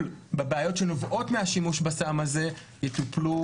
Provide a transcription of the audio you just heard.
בבעיות שנובעות מהשימוש בסם הזה יטופלו,